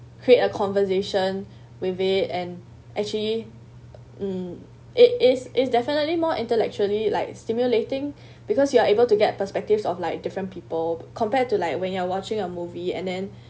create a conversation with it and actually mm it is is definitely more intellectually like stimulating because you are able to get perspectives of like different people compared to like when you're watching a movie and then